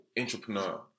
entrepreneur